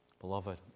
Beloved